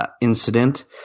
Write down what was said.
incident